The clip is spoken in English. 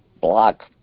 Block